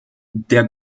der